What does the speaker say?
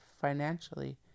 financially